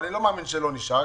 אבל אני לא מאמין שלא נשאר,